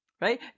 Right